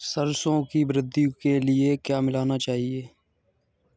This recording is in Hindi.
सरसों की वृद्धि के लिए क्या मिलाना चाहिए?